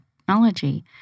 technology